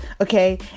okay